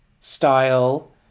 style